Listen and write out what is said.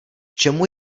čemu